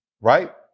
right